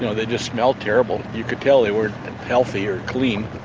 so they just smelled terrible. you could tell they weren't healthy or clean.